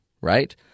right